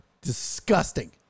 disgusting